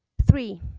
three.